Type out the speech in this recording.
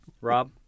Rob